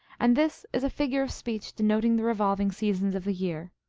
and this is a figure of speech denoting the revolving seasons of the year.